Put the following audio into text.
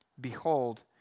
Behold